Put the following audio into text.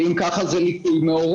כי אם זה נכון זה ליקוי מאורות.